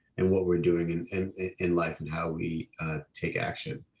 and what we're doing and and in life and how we take action,